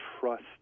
trust